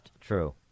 True